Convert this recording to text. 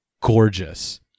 gorgeous